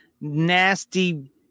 nasty